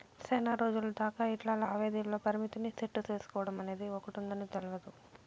సేనారోజులు దాకా ఇట్లా లావాదేవీల పరిమితిని సెట్టు సేసుకోడమనేది ఒకటుందని తెల్వదు